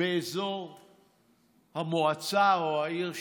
באזור המועצה או העיר שלהם.